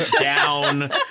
down